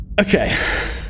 okay